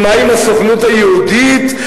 ומה עם הסוכנות היהודית?